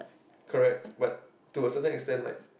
correct but toward certain extent like